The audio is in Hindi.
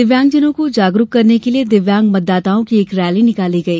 दिव्यांग जनों को जागरूक करने के लिये दिव्यांग मतदाताओं की एक रैली निकाली गई